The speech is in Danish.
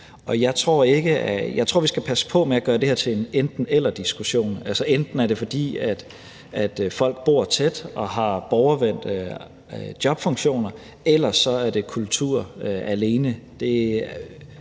Jeg tror, at vi skal passe på med at gøre det her til en enten-eller-diskussion; altså at det enten er, fordi folk bor tæt og har borgervendte jobfunktioner, eller at det alene